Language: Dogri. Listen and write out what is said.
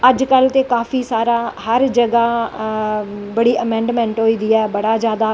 अज्ज कल ते काफी सारा हर जगाह् बड़ी अमैंडमैंट होई दी ऐ बड़ा जादा